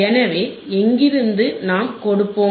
எனவே எங்கிருந்து நாம் கொடுப்போம்